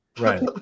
Right